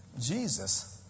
Jesus